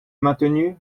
maintenu